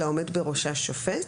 אלא עומד בראשה שופט,